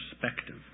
perspective